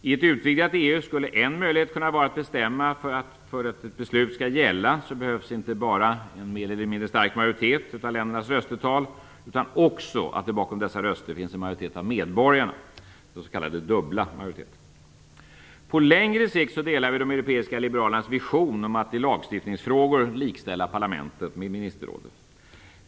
I ett utvidgat EU skulle en möjlighet kunna vara att bestämma att för att ett beslut skall gälla behövs inte bara en mer eller mindre stark majoritet av ländernas röstetal utan att det också bakom dessa röster skall finnas en majoritet av medborgarna, s.k. dubbel majoritet. Vi delar de europeiska ländernas vision att på längre sikt i lagstiftningsfrågor likställa parlamentet med ministerrådet.